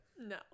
No